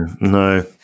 No